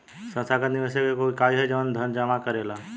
संस्थागत निवेशक एगो इकाई ह जवन धन जामा करेला